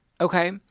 okay